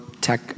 tech